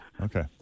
Okay